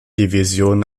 division